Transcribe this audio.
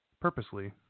purposely